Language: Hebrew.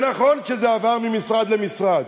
נכון שזה עבר ממשרד למשרד,